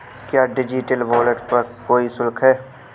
क्या digital wallet पर कोई शुल्क है?